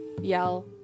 yell